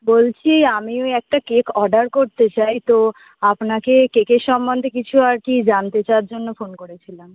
বলছি আমি ওই একটা কেক অর্ডার করতে চাই তো আপনাকে কেকের সম্বন্ধে কিছু আর কি জানতে চাওয়ার জন্য ফোন করেছিলাম